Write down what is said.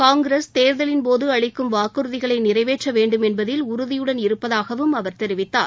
காங்கிரஸ் தேர்தலின் போது அளிக்கும் வாக்குறுதிகளை நிறைவேற்ற வேண்டும் என்பதில் உறுதியுடன் இருப்பதாகவும் அவர் தெரிவித்தார்